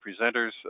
presenters